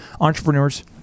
entrepreneurs